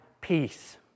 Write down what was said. peace